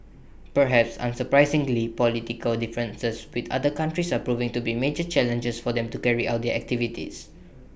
perhaps unsurprisingly political differences with other countries are proving to be major challenges for them to carry out their activities